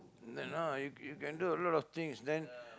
that ah you you can you can do a lot of things then